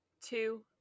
two